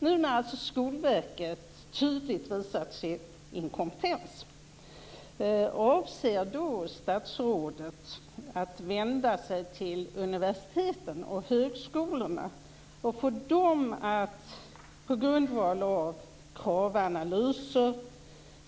Nu när Skolverket tydligt har visat sin inkompetens, avser då statsrådet att vända sig till universiteten och högskolorna och få dem att på grundval av kravanalyser